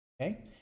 Okay